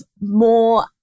more